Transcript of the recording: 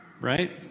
right